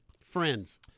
Friends